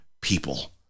people